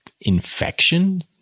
infection